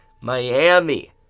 Miami